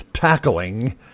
tackling